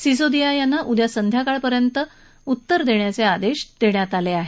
सिसोदिया यांना उद्या संध्याकाळ पर्यंत उत्तर देण्याचे आदेश देण्यात आले आहेत